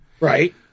Right